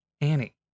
Annie